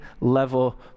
level